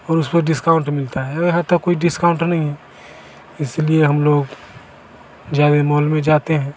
और उसपर डिस्काउंट मिलता है यह यहाँ तक कोई डिस्काउंट नहीं है इसलिए हम लोग जब भी मोल में जाते है